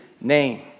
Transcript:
name